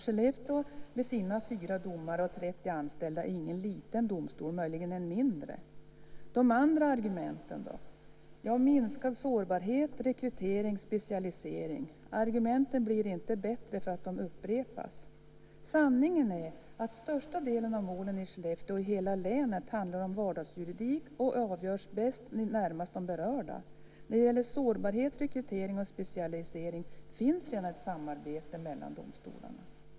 Skellefteå med sina fyra domare och 30 anställda är ingen liten domstol, möjligen en mindre domstol. Hur är det med de andra argumenten, då? Man talar om minskad sårbarhet, förbättrad rekrytering och specialisering. Argumenten blir inte bättre för att de upprepas. Sanningen är att den största delen av målen i Skellefteå och hela länet handlar om vardagsjuridik och avgörs bäst nära de berörda. När det gäller sårbarhet, rekrytering och specialisering finns redan ett samarbete mellan domstolarna.